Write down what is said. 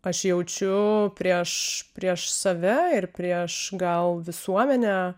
aš jaučiu prieš prieš save ir prieš gal visuomenę